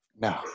No